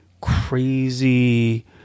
crazy